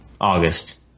August